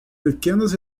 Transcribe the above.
pequenas